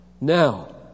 Now